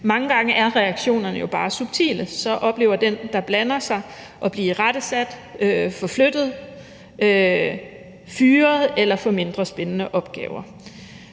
Mange gange er reaktionerne jo bare subtile; så oplever den, der blander sig, at blive irettesat, forflyttet, fyret eller at få mindre spændende opgaver.